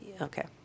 okay